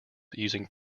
using